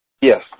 Yes